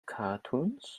cartoons